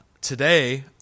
Today